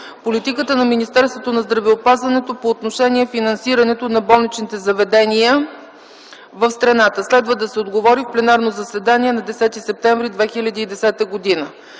политиката на Министерството на здравеопазването по отношение финансирането на болничните заведения в страната. Следва да се отговори в пленарното заседание на 10 септември 2010 г.